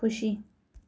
खुसी